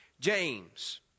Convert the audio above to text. James